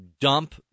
dump